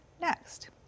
next